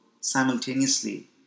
simultaneously